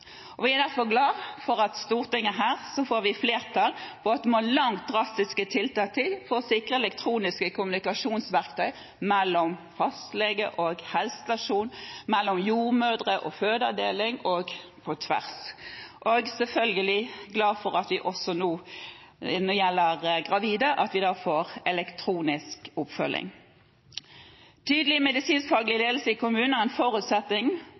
Vi er derfor glad for at det blir flertall her i Stortinget for at det må langt mer drastiske tiltak til for å sikre elektroniske kommunikasjonsverktøy mellom fastlege og helsestasjon, mellom jordmødre og fødeavdeling og på tvers. Og når det gjelder gravide, er vi selvfølgelig glad for at vi nå også får elektronisk oppfølging. Tydelig medisinsk-faglig ledelse i kommunene er en forutsetning